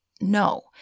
No